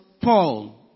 Paul